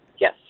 Yes